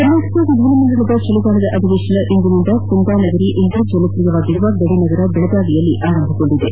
ಕರ್ನಾಟಕ ವಿಧಾನಮಂಡಲದ ಚಳಿಗಾಲದ ಅಧಿವೇಶನ ಇಂದಿನಿಂದ ಕುಂದಾನಗರಿ ಎಂದೇ ಜನಪ್ರಿಯವಾದ ಗಡಿನಗರ ಬೆಳಗಾವಿಯಲ್ಲಿ ಆರಂಭಗೊಂಡಿದೆ